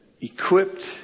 equipped